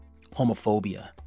homophobia